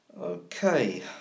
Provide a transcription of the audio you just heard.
Okay